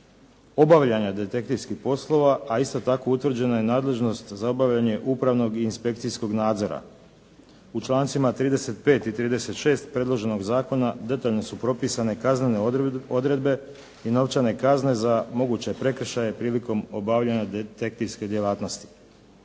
obavljanja detektivskih poslova, a isto tako utvrđena je i nadležnost za obavljanje upravnog i inspekcijskog nadzora. U člancima 35. i 36. predloženog zakona detaljno su propisane kaznene odredbe i novčane kazne za moguće prekršaje prilikom obavljanja detektivske djelatnosti.